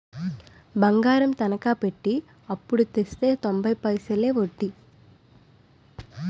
బంగారం తనకా పెట్టి అప్పుడు తెస్తే తొంబై పైసలే ఒడ్డీ